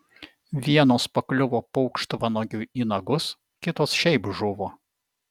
vienos pakliuvo paukštvanagiui į nagus kitos šiaip žuvo